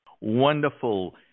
Wonderful